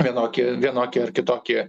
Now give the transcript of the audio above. vienokį vienokį ar kitokį